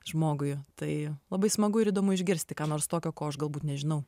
žmogui tai labai smagu ir įdomu išgirsti ką nors tokio ko aš galbūt nežinau